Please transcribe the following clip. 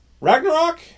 Ragnarok